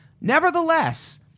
Nevertheless